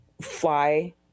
fly